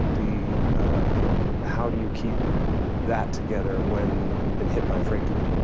the how do you keep that together when you've been hit by a freight train?